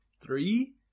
three